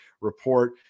report